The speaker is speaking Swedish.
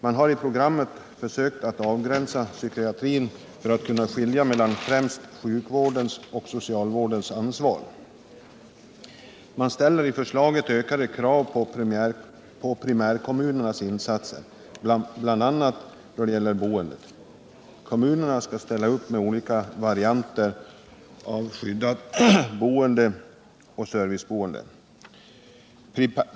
Man har i programmet försökt att avgränsa psykiatrin för att kunna skilja mellan främst sjukvårdens och socialvårdens ansvar. Man ställer i förslaget ökade krav på primärkommunernas insatser, bl.a. då det gäller boendet. Kommunerna skall ställa upp med olika varianter av skyddat boende och serviceboende.